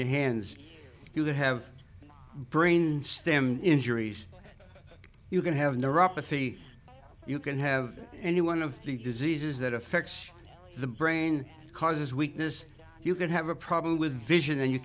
your hands if you have brain stem injuries you can have neuropathy you can have any one of the diseases that affects the brain causes weakness you could have a problem with vision and you